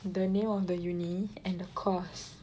the name of the uni and the course